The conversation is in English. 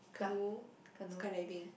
canoe sky diving